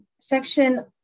Section